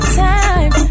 time